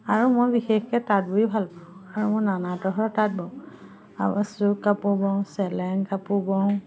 আৰু মই বিশেষকে তাঁত বৈ ভাল পাওঁ আৰু মোৰ নানা তৰহৰ তাঁত বওঁ চুক কাপোৰ বওঁ চেলেং কাপোৰ বওঁ